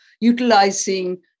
utilizing